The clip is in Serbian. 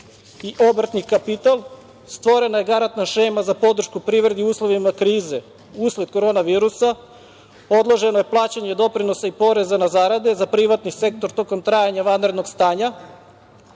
i obrtni kapital, stvorena je garantna šema za podršku privredi, u uslovima krize usled korona virusa, odloženo je plaćanje doprinosa i poreza na zarade za privatni sektor tokom trajanja vanrednog stanja,